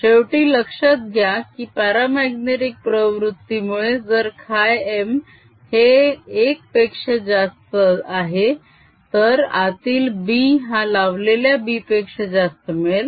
शेवटी लक्षात घ्या की प्यारामाग्नेटीक प्रवृत्ती मुळे जर χm हे 1 पेक्षा जास्त आहे तर आतील b हा लावलेल्या b पेक्षा जास्त मिळेल